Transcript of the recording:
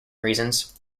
reasons